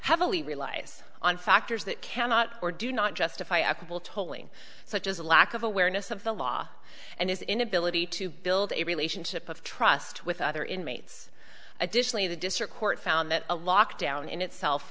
heavily relies on factors that cannot or do not justifiable tolling such as a lack of awareness of the law and his inability to build a relationship of trust with other inmates additionally the district court found that a lockdown in itself